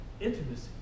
intimacy